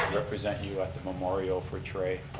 represent you at the memorial for trai,